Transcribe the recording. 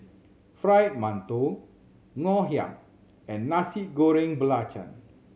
Fried Mantou Ngoh Hiang and Nasi Goreng Belacan